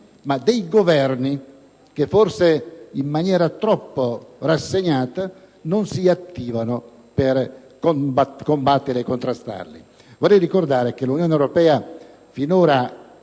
ma dei Governi, che forse in maniera troppo rassegnata non si attivano per combatterli e contrastarli. Vorrei ricordare che l'Unione europea, finora,